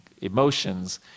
emotions